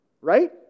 right